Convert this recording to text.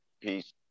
peace